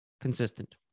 consistent